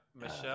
Michelle